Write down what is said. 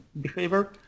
behavior